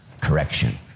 correction